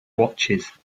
watches